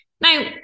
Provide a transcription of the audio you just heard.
Now